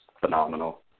phenomenal